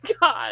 God